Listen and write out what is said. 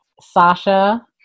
Sasha